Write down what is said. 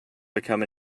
become